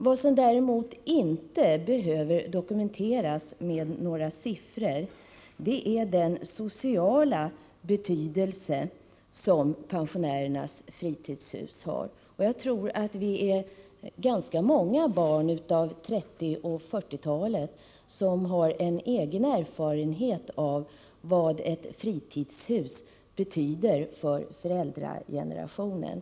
Vad som däremot inte behöver dokumenteras med några siffror är den sociala betydelse som pensionärernas fritidshus har. Jag tror att vi barn av 30 och 40-talen i rätt stor utsträckning har egen erfarenhet av vad ett fritidshus betyder för föräldragenerationen.